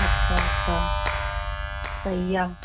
अच्छा अच्छा सही आहे